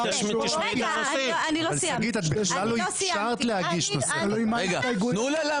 לא סיימתי את דבריי.